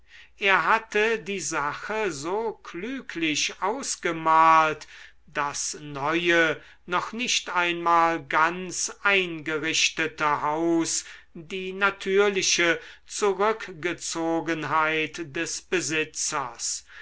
er hatte die sache so klüglich ausgemalt das neue noch nicht einmal ganz eingerichtete haus die natürliche zurückgezogenheit des besitzers